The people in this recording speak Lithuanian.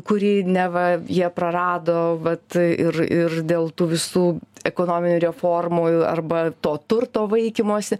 kurį neva jie prarado vat ir ir dėl tų visų ekonominių reformų arba to turto vaikymosi